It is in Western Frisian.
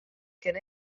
kin